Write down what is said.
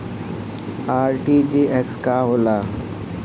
RTGS का होला?